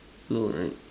no right